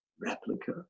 Replica